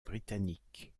britanniques